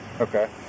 Okay